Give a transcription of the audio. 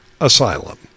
asylum